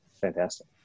fantastic